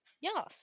yes